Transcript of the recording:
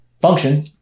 function